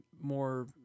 more